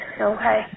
Okay